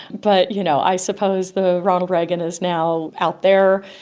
but you know i suppose the ronald reagan is now out there,